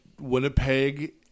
Winnipeg